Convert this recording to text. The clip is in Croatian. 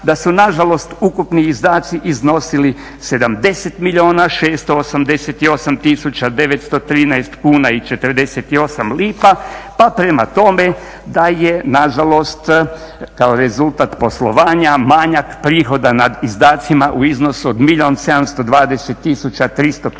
da su nažalost ukupni izdaci iznosili 70 milijuna 688 tisuća 913 kuna i 48 lipa pa prema tome da je nažalost rezultat poslovanja manjak prihoda nad izdacima u iznosu od milijun